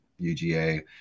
UGA